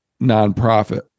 nonprofit